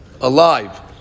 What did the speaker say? alive